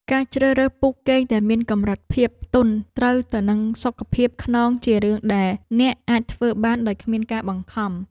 ការជ្រើសរើសពូកគេងដែលមានកម្រិតភាពទន់ត្រូវទៅនឹងសុខភាពខ្នងជារឿងដែលអ្នកអាចធ្វើបានដោយគ្មានការបង្ខំ។